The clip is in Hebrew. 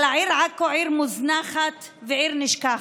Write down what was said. אבל העיר עכו עיר מוזנחת ועיר נשכחת.